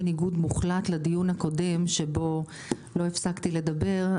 בניגוד מוחלט לדיון הקודם שבו לא הפסקתי לדבר,